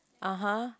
(uh huh)